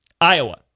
Iowa